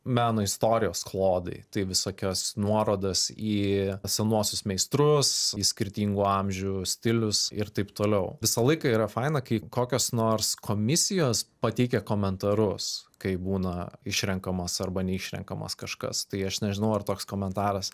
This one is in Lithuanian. meno istorijos klodai tai visokios nuorodos į senuosius meistrus į skirtingų amžių stilius ir taip toliau visą laiką yra faina kai kokios nors komisijos pateikia komentarus kai būna išrenkamas arba neišrenkamas kažkas tai aš nežinau ar toks komentaras